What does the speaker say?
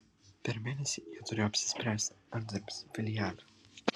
per mėnesį jie turėjo apsispręsti ar dirbs filiale